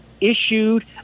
issued